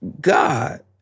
God